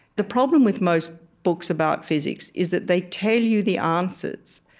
the problem with most books about physics is that they tell you the answers,